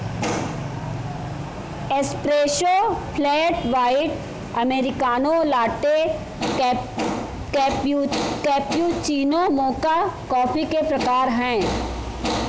espresso, flat white, americano, latte, cappuccino, mocha coffee के प्रकार हैं